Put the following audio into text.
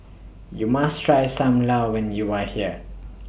YOU must Try SAM Lau when YOU Are here